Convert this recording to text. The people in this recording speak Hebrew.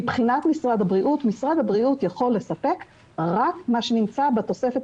משרד הבריאות יכול לספק רק מה שנמצא בתוספת